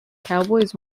cowboys